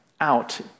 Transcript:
out